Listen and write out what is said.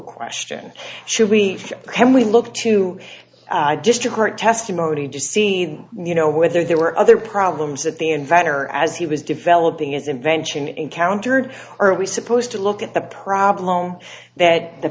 question should we can we look to just to current testimony just seen you know whether there were other problems that the inventor as he was developing is invention encountered early supposed to look at the problem that the